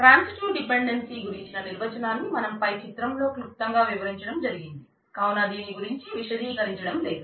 transitive dependency గురించిన నిర్వచనాన్ని మనం పై చిత్రం లో క్లుప్తంగా వివరించడం జరిగింది కావున దీని గురించి విశదీకరించడం లేదు